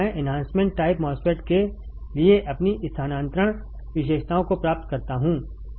मैं enhancement type MOSFET के लिए अपनी स्थानांतरण विशेषताओं को प्राप्त करता हूं